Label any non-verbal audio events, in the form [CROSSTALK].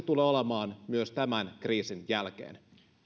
[UNINTELLIGIBLE] tulee olemaan myös tämän kriisin jälkeen